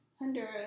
Honduras